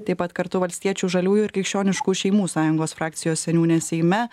taip pat kartu valstiečių žaliųjų ir krikščioniškų šeimų sąjungos frakcijos seniūnė seime